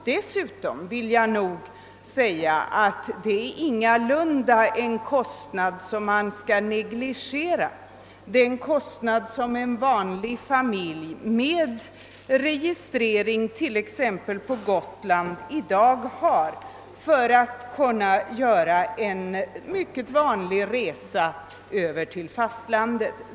Dessutom vill jag säga, att man ingalunda bör negligera den kostnad som en vanlig familj med bil, som är registrerad på Gotland, i dag har att betala för att göra en resa Över till fastlandet.